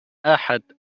أحد